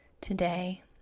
today